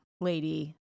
lady